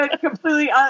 completely